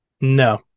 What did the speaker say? No